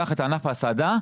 קח את ענף ההסעדה,